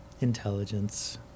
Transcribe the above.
intelligence